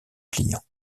client